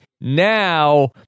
now